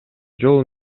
жол